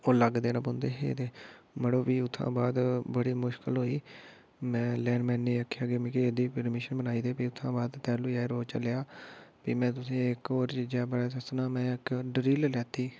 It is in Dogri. ओह् अलग देने पौंदे हे ते मड़ो फ्ही उत्थुआं बाद बड़ी मुश्कल होई में लैनमेनै गी आक्खेआ कि मिगी एह्दी प्रमीशन बनाई दे फ्ही उत्थुआं बाद तैल्लू एह् रोज चलेआ फ्ही में तुसेंगी इक होर चीज़ै बारै च दस्सना में इक ड्रिल लैती